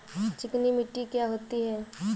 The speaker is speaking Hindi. चिकनी मिट्टी क्या होती है?